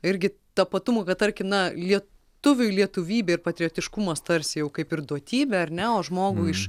irgi tapatumo tarkim na lietuviui lietuvybė ir patriotiškumas tarsi jau kaip ir duotybė ar ne o žmogui iš